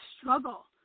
struggle